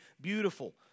beautiful